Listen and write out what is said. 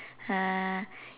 uh